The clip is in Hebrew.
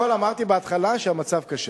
למרות הכול, אמרתי בהתחלה שהמצב קשה.